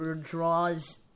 draws